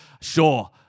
Sure